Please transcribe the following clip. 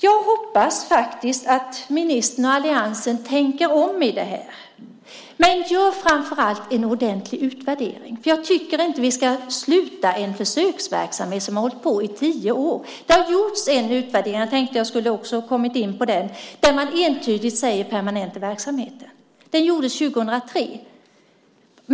Jag hoppas faktiskt att ministern och alliansen tänker om här men framför allt gör en utvärdering. Jag tycker inte att vi ska avsluta en försöksverksamhet som har pågått i tio år. Det har gjorts en utvärdering - jag tänkte att jag också skulle gå in på den - där man säger: Permanenta verksamheten. Utvärderingen gjordes 2003.